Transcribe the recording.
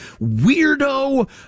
weirdo